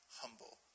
humble